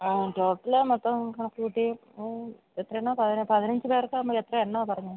ആ ടോട്ടല് മൊത്തം കണക്കുകൂട്ടി എത്രയെണ്ണമാണ് പതിനഞ്ച് പേർക്കാവുമ്പോള് എത്രയെണ്ണമാണ് പറഞ്ഞത്